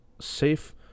safe